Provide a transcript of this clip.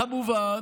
כמובן,